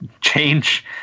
change